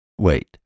Wait